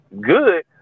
good